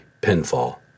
Pinfall